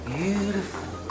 beautiful